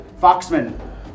Foxman